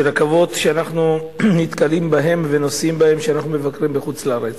ברכבות שאנחנו נתקלים בהן ונוסעים בהן כשאנחנו מבקרים בחוץ-לארץ.